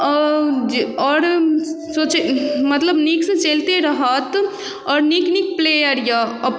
अऽ जे आओर सोचै मतलब नीकसँ चलिते रहत आओर नीक नीक प्लेयर यऽ अऽ